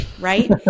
right